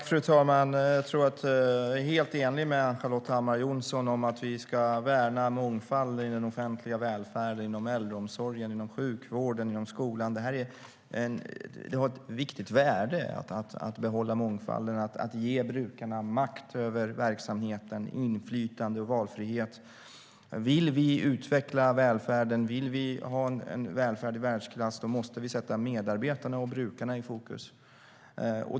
Fru talman! Jag är helt enig med Ann-Charlotte Hammar Johnsson om att vi ska värna mångfald i den offentliga välfärden - inom äldreomsorgen, inom sjukvården och inom skolan. Det har ett viktigt värde att behålla mångfalden och att ge brukarna makt över verksamheten, inflytande och valfrihet. Om vi vill utveckla välfärden, och om vi vill ha en välfärd i världsklass måste vi sätta medarbetarna och brukarna i fokus.